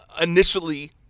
initially